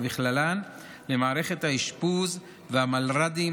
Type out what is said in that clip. ובכללן למערכת האשפוז והמלר"דים,